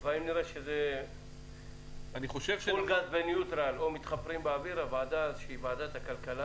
אבל אם נראה שזה פול גז בניוטרל אז ועדת הכלכלה,